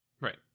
Right